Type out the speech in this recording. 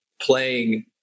playing